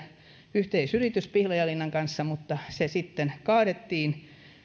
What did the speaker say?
yhteisyritys pihlajalinnan kanssa mutta se sitten kaadettiin